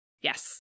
Yes